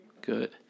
good